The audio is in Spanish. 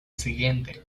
siguiente